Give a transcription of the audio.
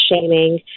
shaming